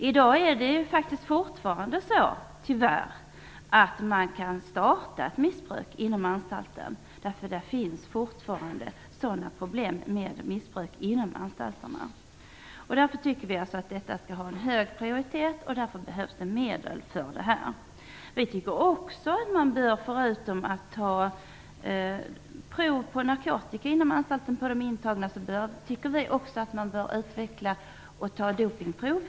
I dag är det tyvärr fortfarande så att en intagen kan starta ett missbruk på anstalten, då det förekommer missbruk där. Vi tycker alltså att detta problem skall ha hög prioritet, och det behövs medel för det. Vi tycker att man förutom att ta narkotikaprov på de intagna inom anstalten också bör ta dopningsprov.